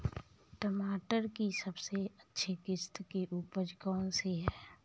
टमाटर की सबसे अच्छी किश्त की उपज कौन सी है?